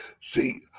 See